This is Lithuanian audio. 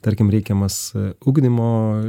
tarkim reikiamas ugdymo